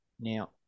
Now